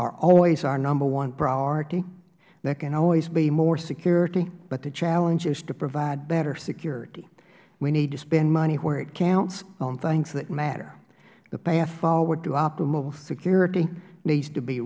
are always our number one priority there can always be more security but the challenge is to provide better security we need to spend money where it counts on things that matter the path forward to optimal security needs to be